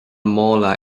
mála